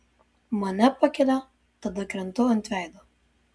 mane pakelia tada krentu ant veido